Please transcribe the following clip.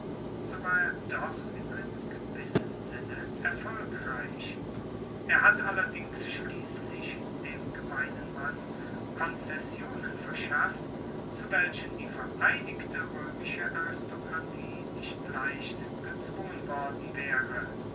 so war er doch in einem gewissen sinne erfolgreich er hat allerdings schliesslich dem gemeinen mann konzessionen verschafft zu welchen die vereinigte roemische aristokratie nicht leicht gezwungen worden waere